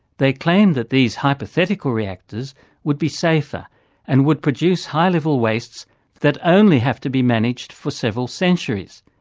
they claim that these hypothetical reactors would be safer and would produce high-level wastes that only have to be managed for several centuries.